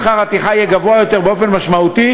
שכר הטרחה יהיה גבוה יותר באופן משמעותי